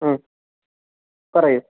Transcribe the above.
പറയു